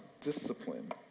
discipline